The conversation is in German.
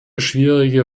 schwierige